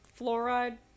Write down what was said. fluoride